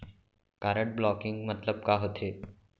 Card blocking मतलब का होथे?